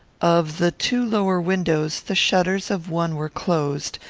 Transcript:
of the two lower windows, the shutters of one were closed,